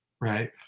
right